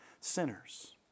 sinners